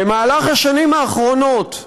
במהלך השנים האחרונות,